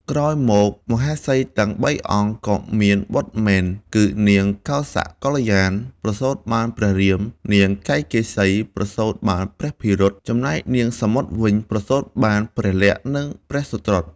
ក្រោយមកមហេសីទាំងបីអង្គ ក៏មានបុត្រមែន គឺនាងកោសកល្យាណ ប្រសូតបានព្រះរាម នាងកៃកេសីប្រសូតបានព្រះភិរុត ចំណែកនាងសមុទ្រវិញ ប្រសូតបាន ព្រះលក្សណ៍ និងព្រះសុត្រុត។